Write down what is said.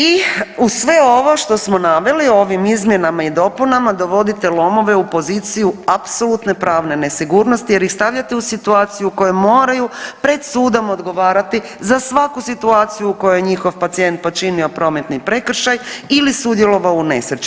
I uz sve ovo što smo naveli ovim izmjenama i dopunama dovodite LOM-ove u poziciju apsolutne pravne nesigurnosti jer ih stavljate u situaciju u kojoj moraju pred sudom odgovarati za svaku situaciju u kojoj njihov pacijent počinio prometni prekršaj ili sudjelovao u nesreći.